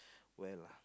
well